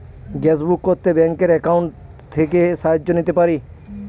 Gas book করতে ব্যাংকের account থেকে সাহায্য নিতে পারি?